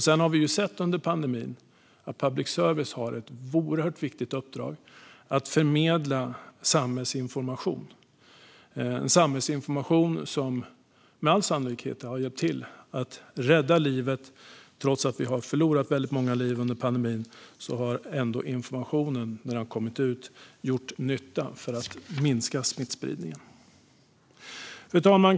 Sedan har vi under pandemin sett att public service har ett oerhört viktigt uppdrag att förmedla samhällsinformation, en samhällsinformation som med all sannolikhet har hjälpt till att rädda liv. Trots att vi har förlorat väldigt många liv under pandemin har ändå informationen gjort nytta för att minska smittspridningen. Fru talman!